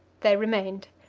they remained.